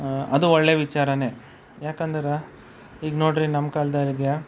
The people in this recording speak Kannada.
ಅದು ಒಳ್ಳೆಯ ವಿಚಾರನೆ ಯಾಕಂದ್ರೆ ಈಗ ನೋಡಿರಿ ನಮ್ಮ ಕಾಲದೋರಿಗೆ